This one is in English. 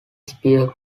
spear